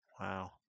Wow